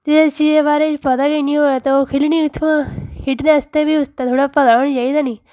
ते जिस चीज़ै बारे च पता गै नी होऐ ओह् खेलनी कुत्थुआं कियां खेढने आस्तै बी उसदा थोह्ड़ा पता होना चाहि्दा नि